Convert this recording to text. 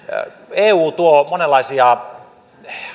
eu tuo monenlaisia